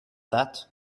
that